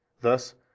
Thus